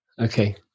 Okay